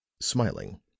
smiling